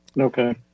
Okay